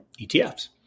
ETFs